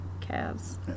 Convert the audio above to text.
calves